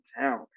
town